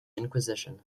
inquisition